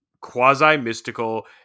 quasi-mystical